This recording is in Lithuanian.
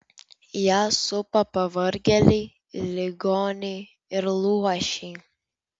ją supa pavargėliai ligoniai ir luošiai